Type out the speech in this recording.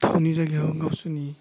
थावनि जायगायाव गावसिनि